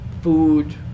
food